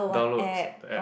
download the app